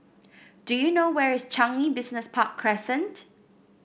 do you know where is Changi Business Park Crescent